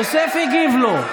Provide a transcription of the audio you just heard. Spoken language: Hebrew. יוסף הגיב לו.